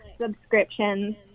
subscriptions